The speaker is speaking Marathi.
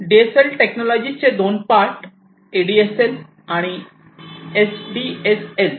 डी एस एल टेक्नॉलॉजीचे दोन पार्ट एडीएसएल आणि एसडीएसएल